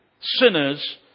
sinners